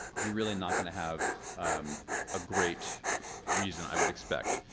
you're really not gonna have a great reason, i would expect.